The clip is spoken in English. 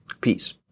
Peace